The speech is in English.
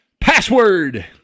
password